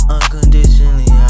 Unconditionally